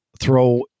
throw